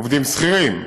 עובדים שכירים,